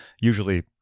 usually